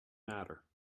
matter